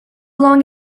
long